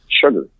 sugar